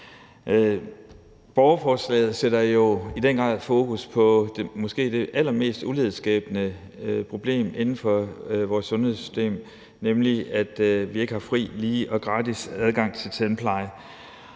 Borgerforslaget sætter jo i den grad fokus på måske det allermest ulighedsskabende problem inden for vores sundhedssystem, nemlig at vi ikke har fri, lige og gratis adgang til tandpleje.